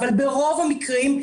אבל ברוב המקרים,